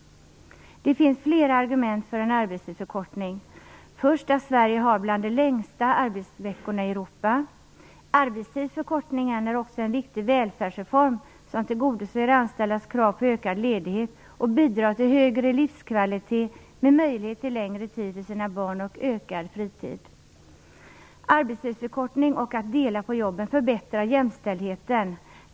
Det finns flera argument för en arbetstidsförkortning. Till att börja med har Sverige bland de längsta arbetsveckorna i Europa. Arbetstidsförkortningen är också en viktig välfärdsreform som tillgodoser de anställdas krav på ökad ledighet och bidrar till högre livskvalitet med möjlighet till längre tid för sina barn och ökad fritid. Arbetstidsförkortning och en delning av jobben förbättrar jämställdheten.